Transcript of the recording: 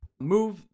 move